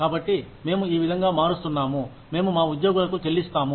కాబట్టి మేము ఈ విధంగా మారుస్తున్నాము మేము మా ఉద్యోగులకు చెల్లిస్తాము